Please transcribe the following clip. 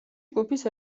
ჯგუფის